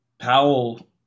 Powell